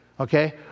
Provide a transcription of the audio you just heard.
okay